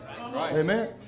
Amen